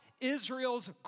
Israel's